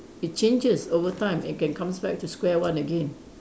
it changes over time and can comes back to square one again